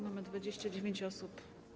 Mamy 29 osób.